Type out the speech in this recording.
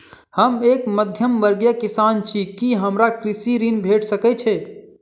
हम एक मध्यमवर्गीय किसान छी, की हमरा कृषि ऋण भेट सकय छई?